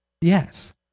Yes